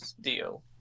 deal